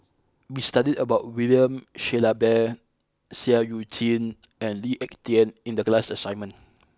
we studied about William Shellabear Seah Eu Chin and Lee Ek Tieng in the class assignment